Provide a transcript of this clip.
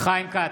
חיים כץ,